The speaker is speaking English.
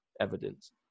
evidence